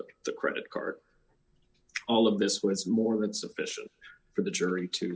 the credit card all of this was more than sufficient for the jury to